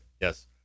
Yes